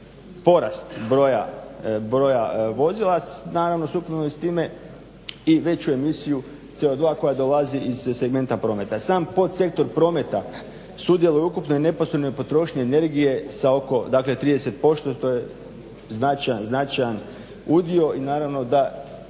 porast broja vozila naravno sukladno s time i veću emisiju CO2 koja dolazi iz segmenta prometa. Sam podsektor prometa sudjeluje u ukupnoj i neposrednoj potrošnji energije sa oko 30% što je značajan udio i naravno